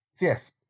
yes